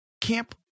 Camp